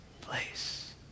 place